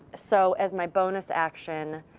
so, as my bonus action,